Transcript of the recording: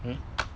hmm